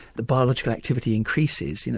the biological activity increases, you know